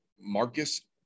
Marcus